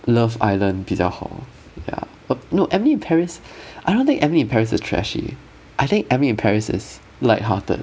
love island 比较好 ya u~ no emily in paris I don't think emily in paris is trashy I think emily in paris is lighthearted